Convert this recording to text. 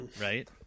Right